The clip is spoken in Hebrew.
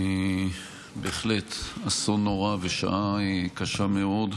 בהחלט אסון נורא ושעה קשה מאוד.